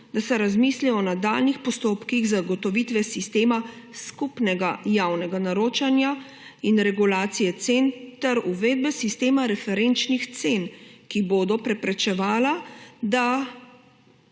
da se razmisli o nadaljnjih postopkih zagotovitve sistema skupnega javnega naročanja in regulacije cen ter uvedbi sistema referenčnih cen, ki bodo preprečevali, da